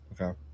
okay